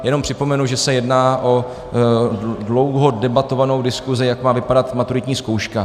Jenom připomenu, že se jedná o dlouho debatovanou diskuzi, jak má vypadat maturitní zkouška.